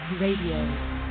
Radio